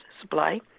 supply